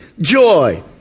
joy